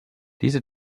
diese